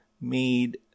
made